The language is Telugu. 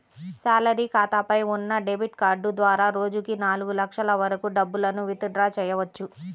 శాలరీ ఖాతాపై ఉన్న డెబిట్ కార్డు ద్వారా రోజుకి నాలుగు లక్షల వరకు డబ్బులను విత్ డ్రా చెయ్యవచ్చు